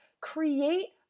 Create